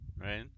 right